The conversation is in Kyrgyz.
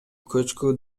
көчкү